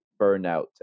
burnout